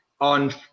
on